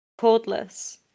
Cordless